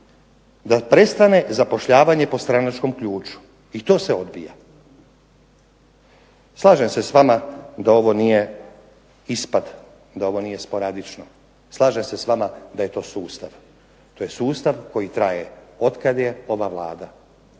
da prestane zapošljavanje po stranačkom ključu. I to se odbija. Slažem se s vama da ovo nije ispad, da ovo nije sporadično. Slažem se s vama da je to sustav. To je sustav koji traje otkad je ova Vlada